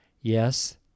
Yes